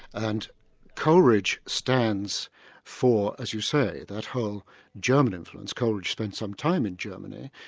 and coleridge stands for, as you say, that whole german influence. coleridge spent some time in germany,